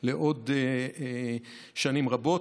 לעוד שנים רבות.